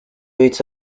routes